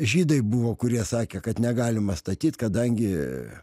žydai buvo kurie sakė kad negalima statyt kadangi